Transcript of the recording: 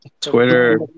Twitter